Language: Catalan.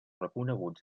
reconeguts